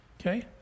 Okay